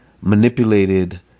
manipulated